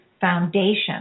foundation